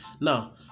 Now